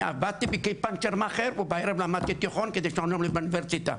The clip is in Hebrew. אני עבדתי כפנצ'ר מכר ובערב למדתי בתיכון כדי שאלמד באוניברסיטה,